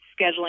scheduling